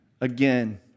again